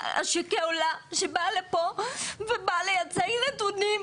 כעולה שבאה לפה ובאה להציג נתונים,